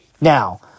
Now